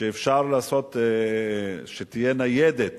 אפשר לעשות שתהיה ניידת